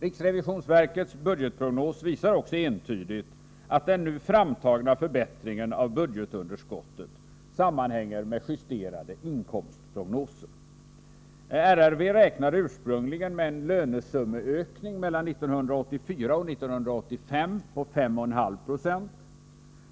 Riksrevisionsverkets budgetprognos visar också entydigt att den nu framtagna förbättringen av budgetunderskottet sammanhänger med justerade inkomstprognoser. RRV räknade ursprungligen med en lönesummeökning mellan 1984 och 1985 på 5,5 20.